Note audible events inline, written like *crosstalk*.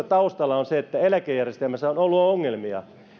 *unintelligible* taustalla on se että eläkejärjestelmässä on ollut ongelmia